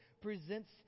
presents